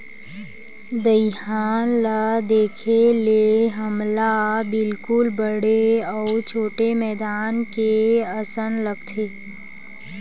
दईहान ल देखे ले हमला बिल्कुल बड़े अउ छोटे मैदान के असन लगथे